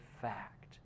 fact